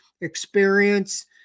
experience